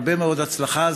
הרבה מאוד הצלחה.